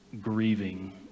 grieving